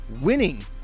winning